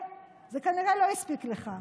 וכנראה זה לא הספיק לך.